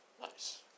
Nice